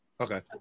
okay